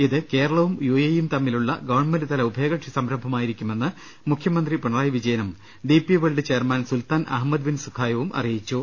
ഇത് കേരളവും U A ഇയും തമ്മിലുളള ഗവൺമെന്റ് തല ഉഭയകക്ഷി സംരംഭമായിരിക്കുമെന്ന് മുഖ്യമന്ത്രി പിണറായി വിജ യനും D P World chairman Sultan Ahmed bin സുഖായവും അറിയിച്ചു